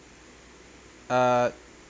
err